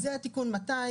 זה תיקון 200,